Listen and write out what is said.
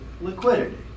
liquidity